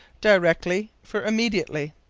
directly for immediately.